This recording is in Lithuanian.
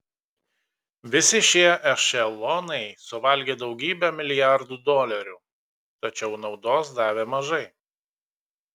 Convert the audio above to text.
visi šie ešelonai suvalgė daugybę milijardų dolerių tačiau naudos davė mažai